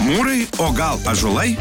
mūrai o gal ąžuolai